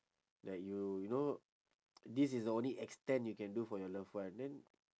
like you you know this is the only extent you can do for your love one then